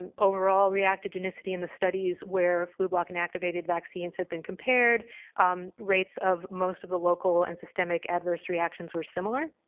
um overall reactive genicity in the studies where flublok inactivated vaccines have been compared rates of most of the local and systemic adverse reactions were similar.